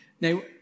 Now